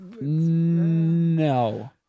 no